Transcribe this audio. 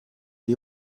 die